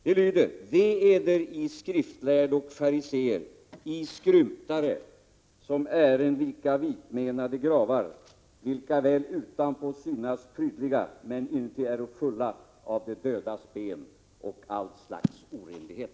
Det lyder: ”Ve Eder, I skriftlärde och fariséer, I skrymtare, som ären lika vitmenade gravar, vilka väl utanpå synas prydliga, men inuti äro fulla av de dödas ben och allt slags orenlighet!”